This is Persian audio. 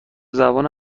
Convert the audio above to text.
زبان